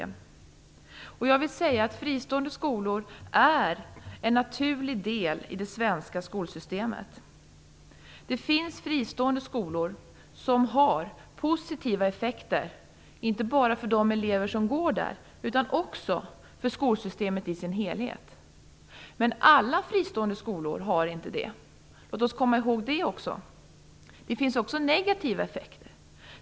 Jag vill säga att fristående skolor är en naturlig del i det svenska skolsystemet. Det finns fristående skolor som har positiva effekter inte bara för de elever som går där utan också för skolsystemet i sin helhet. Men alla fristående skolor har inte det. Låt oss komma ihåg det också. Det finns också negativa effekter.